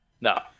No